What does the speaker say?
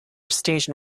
station